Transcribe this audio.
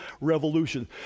revolution